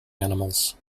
animals